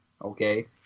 Okay